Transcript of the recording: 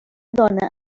dona